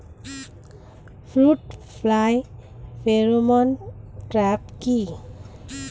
Fruit fly pheromone trap কি?